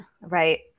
Right